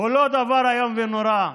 הוא לא דבר איום ונורא,